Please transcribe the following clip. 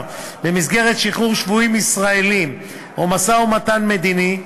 במסגרת שחרור שבויים ישראלים או משא-ומתן מדיני,